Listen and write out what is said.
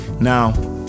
Now